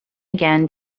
again